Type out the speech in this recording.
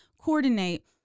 coordinate